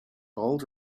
bold